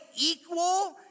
equal